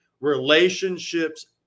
Relationships